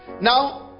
now